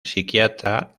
psiquiatra